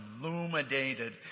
illuminated